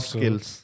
skills